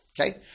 okay